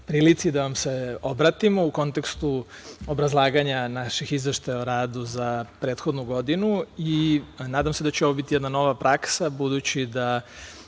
prilici da vam se obratimo, u kontekstu obrazlaganja naših izveštaja o radu za prethodnu godinu. Nadam se da će ovo biti jedna nova praksa, budući da